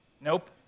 nope